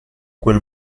quel